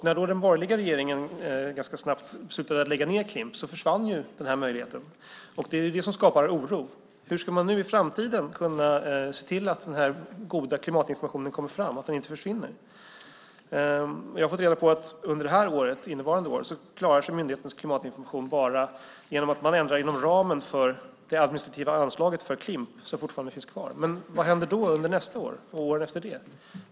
När den borgerliga regeringen ganska snabbt beslutade att lägga ned Klimp försvann denna möjlighet. Det är det som skapar oro. Hur ska man i framtiden kunna se till att den goda klimatinformationen kommer fram, att den inte försvinner? Vi har fått reda på att myndighetens klimatinformation under innevarande år klarar sig bara genom att man ändrar inom ramen för det administrativa anslaget för Klimp, som fortfarande finns kvar. Men vad händer under nästa år och åren efter det?